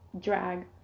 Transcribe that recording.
drag